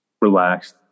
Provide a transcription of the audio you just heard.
relaxed